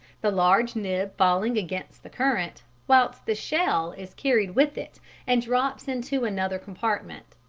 the large nib falling against the current, whilst the shell is carried with it and drops into another compartment.